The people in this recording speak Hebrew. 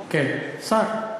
כן, שר.